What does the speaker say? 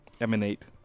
emanate